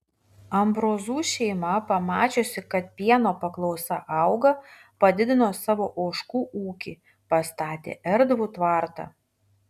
ambrozų šeima pamačiusi kad pieno paklausa auga padidino savo ožkų ūkį pastatė erdvų tvartą